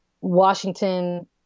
Washington